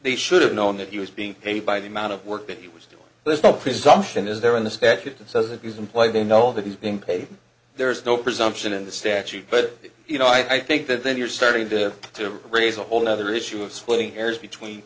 they should have known that he was being paid by the amount of work that he was doing there's no presumption is there in the statute that says if you simply don't know that he's being paid there's no presumption in the statute but you know i think that then you're starting to to raise a whole nother issue of splitting hairs between